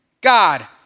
God